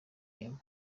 inyuma